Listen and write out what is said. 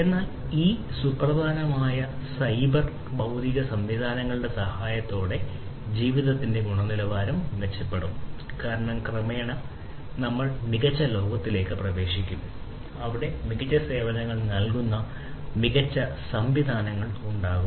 എന്നാൽ ഈ സുപ്രധാനമായ സൈബർ ഭൌതിക സംവിധാനങ്ങളുടെ സഹായത്തോടെ ജീവിതത്തിന്റെ ഗുണനിലവാരം മെച്ചപ്പെടും കാരണം ക്രമേണ നമ്മൾ മികച്ച ലോകത്തിലേക്ക് പ്രവേശിക്കും അവിടെ മികച്ച സേവനങ്ങൾ നൽകുന്ന മികച്ച സംവിധാനങ്ങൾ ഉണ്ടാകും